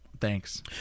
Thanks